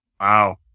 Wow